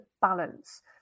balance